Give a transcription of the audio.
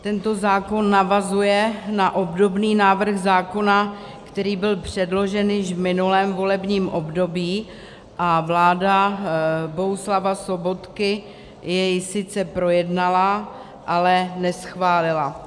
Tento zákon navazuje na obdobný návrh zákona, který byl předložen již v minulém volebním období, a vláda Bohuslava Sobotky jej sice projednala, ale neschválila.